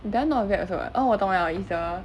that one not bad also [what] oh 我懂了 it's the